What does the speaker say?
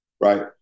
right